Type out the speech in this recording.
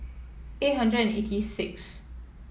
eight hundred and eighty sixth